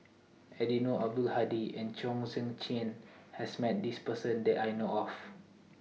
Eddino Abdul Hadi and Chong Tze Chien has Met This Person that I know of